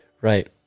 Right